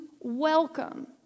welcome